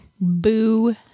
Boo